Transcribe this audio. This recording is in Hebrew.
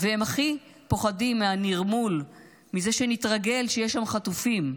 הם הכי פוחדים מהנרמול, מזה שנתרגל שיש שם חטופים.